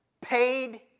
paid